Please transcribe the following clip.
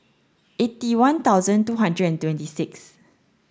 eighty one thousand two hundred and twenty six